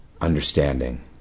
understanding